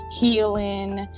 healing